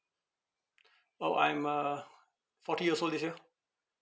orh I'm uh forty years old this year